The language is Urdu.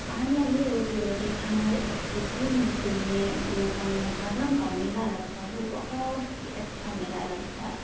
کہانیاں یہ ہوتی رہتی ہے کہ ہمارے ایس بی پور میں جو مطلب محرم کا میلہ لگتا ہے وہ بہت ہی اچھا میلہ لگتا ہے